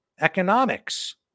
economics